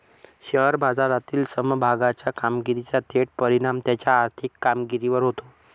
share बाजारातील समभागाच्या कामगिरीचा थेट परिणाम त्याच्या आर्थिक कामगिरीवर होतो